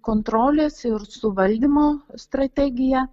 kontrolės ir suvaldymo strategija